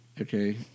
Okay